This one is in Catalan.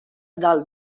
dalt